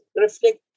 reflect